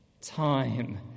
Time